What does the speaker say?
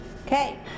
Okay